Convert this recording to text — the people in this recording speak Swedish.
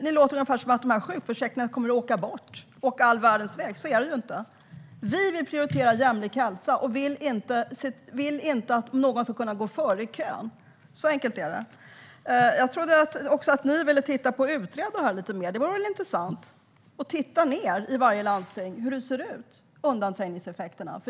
Ni låter ungefär som om dessa sjukförsäkringar kommer att åka all världens väg, men så är det inte. Vi vill prioritera jämlik hälsa och vill inte att någon ska kunna gå före i kön. Så enkelt är det. Jag trodde också att ni ville titta på att utreda detta lite mer. Det vore väl intressant att titta på hur det ser ut i varje landsting med undanträngningseffekterna?